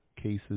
Cases